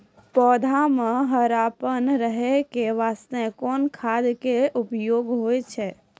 पौधा म हरापन रहै के बास्ते कोन खाद के उपयोग होय छै?